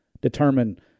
Determine